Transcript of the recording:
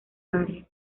barrio